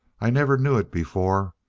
i never knew it before.